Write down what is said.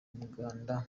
umuganda